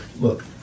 Look